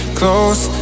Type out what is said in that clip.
close